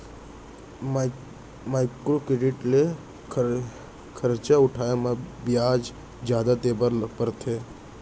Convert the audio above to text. micro credit ले खरजा उठाए म बियाज जादा देबर परथे